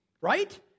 right